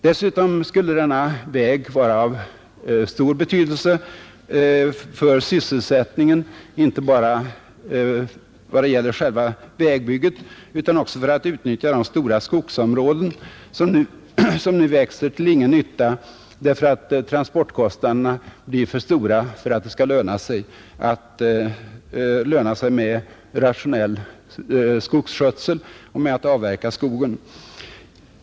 Dessutom skulle denna väg vara av stor betydelse för sysselsättningen inte bara genom själva vägbygget utan också när det gäller att utnyttja stora skogsområden, som nu växer till ingen nytta därför att transportkostnaderna blir för stora för att det skall löna sig med rationell skogsskötsel och med avverkning av skogen.